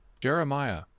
Jeremiah